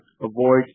avoid